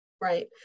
Right